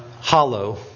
hollow